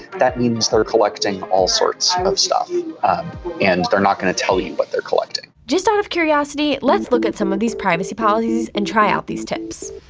that means they're collecting all sorts of stuff and they're not gonna tell you what they're collecting. just out of curiosity, let's look at some of these privacy policies and try out these tips.